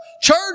Church